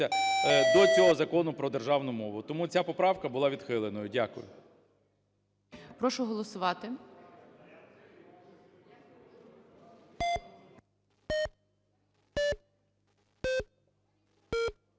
до цього Закону про державну мову. Тому ця поправка була відхилена. Дякую. ГОЛОВУЮЧИЙ. Прошу голосувати.